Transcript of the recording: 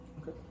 Okay